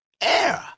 Air